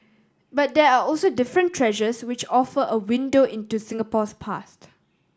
but there are also different treasures which offer a window into Singapore's past